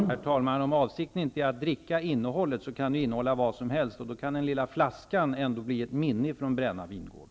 Herr talman! Om avsikten inte är att man skall dricka innehållet, kan flaskorna innehålla vad som helst, och då kan den lilla flaskan ändå bli ett minne från Brænna vingård.